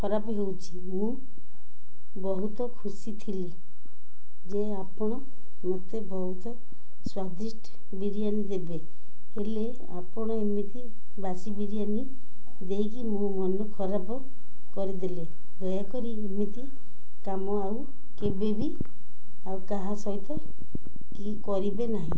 ଖରାପ ହେଉଛି ମୁଁ ବହୁତ ଖୁସି ଥିଲି ଯେ ଆପଣ ମୋତେ ବହୁତ ସ୍ଵାଦିଷ୍ଟ ବିରିୟାନି ଦେବେ ହେଲେ ଆପଣ ଏମିତି ବାସି ବିରିୟାନୀ ଦେଇକି ମୋ ମନ ଖରାପ କରିଦେଲେ ଦୟାକରି ଏମିତି କାମ ଆଉ କେବେ ବିି ଆଉ କାହା ସହିତ କି କରିବେ ନାହିଁ